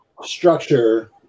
structure